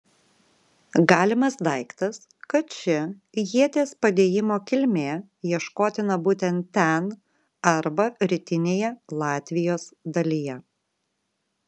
galimas daiktas kad ši ieties padėjimo kilmė ieškotina būtent ten arba rytinėje latvijos dalyje